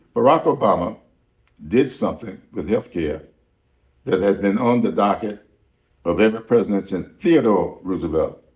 barack obama did something with health care that had been on the docket of every president since theodore roosevelt.